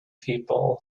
people